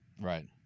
Right